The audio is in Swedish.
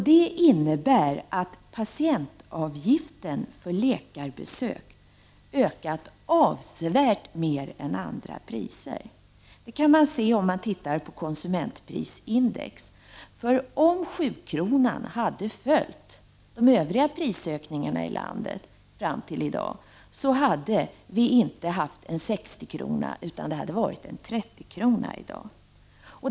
Det innebär att patientavgiften för läkarbesök har ökat avsevärt mer än andra priser. Det kan man se om man tittar på konsumentprisindex. Om 7-kronan hade följt övriga prisökningar hade vi nämligen i dag inte haft en 60-krona utan en 30-krona.